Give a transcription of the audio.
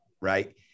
right